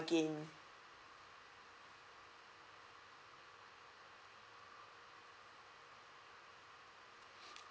again